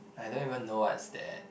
I don't even know what's that